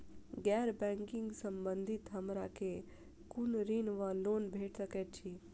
गैर बैंकिंग संबंधित हमरा केँ कुन ऋण वा लोन भेट सकैत अछि?